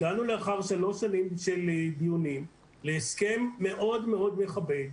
הגענו אחרי שלוש שנים של דיונים להסכם מאוד מאוד מכבד,